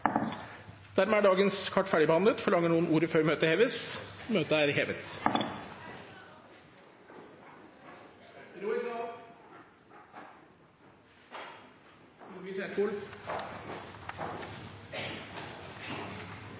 Dermed er dagens kart ferdigbehandlet. Forlanger noen ordet før møtet heves?